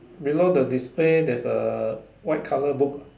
below the display there is a white color book lah